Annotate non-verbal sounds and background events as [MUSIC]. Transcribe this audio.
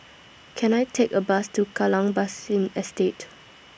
[NOISE] Can I Take A Bus to Kallang Basin Estate